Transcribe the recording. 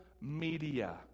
media